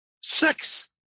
sex